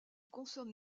consomme